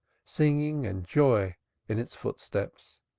singing and joy in its footsteps,